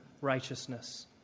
righteousness